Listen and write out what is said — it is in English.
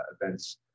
events